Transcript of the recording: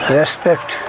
respect